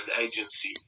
agency